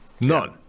none